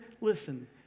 listen